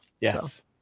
Yes